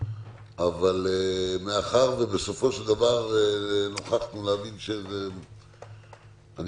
אבל מאחר ובסופו של דבר נוכחנו להבין שאני